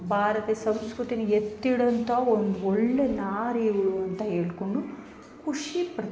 ಭಾರತೀಯ ಸಂಸ್ಕೃತಿನ ಎತ್ತಿ ಹಿಡಿವಂಥ ಒಂದು ಒಳ್ಳೆ ನಾರಿಯರು ಅಂತ ಹೇಳ್ಕೊಂಡು ಖುಷಿ ಪಟ್ಟು